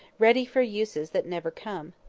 ready for uses that never come.